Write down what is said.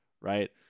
Right